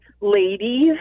ladies